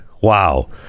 wow